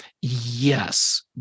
yes